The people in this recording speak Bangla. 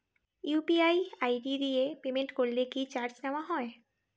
ইউ.পি.আই আই.ডি দিয়ে পেমেন্ট করলে কি চার্জ নেয়া হয়?